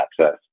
Access